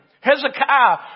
Hezekiah